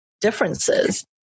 differences